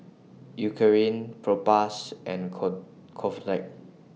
Eucerin Propass and Convatec